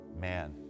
man